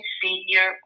senior